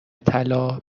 طلا